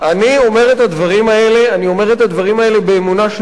אני אומר את הדברים האלה באמונה שלמה.